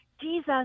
Jesus